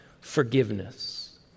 forgiveness